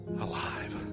alive